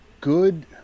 good